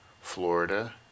Florida